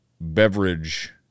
beverage